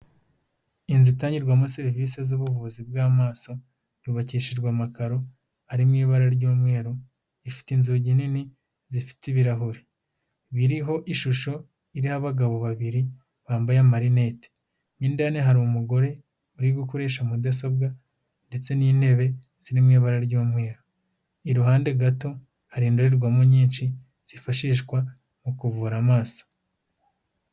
Inzu itangirwamo serivisi z'ubuvuzi bw'amaso, yubakishijwe amakaro ari mu ibara ry'umweru, ifite inzugi nini zifite ibirahure biriho ishusho iriho abagabo babiri bambaye amarinete, mo indani hari umugore uri gukoresha mudasobwa ndetse n'intebe ziri mu ibara ry'umweru, iruhande gato hari indorerwamo nyinshi zifashishwa mu kuvura amaso.